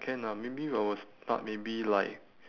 can lah maybe I will start maybe like